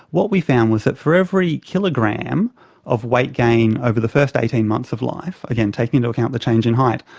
what we found was that for every kilogram of weight gain over the first eighteen months of life, again taking into account the change in height,